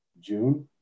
June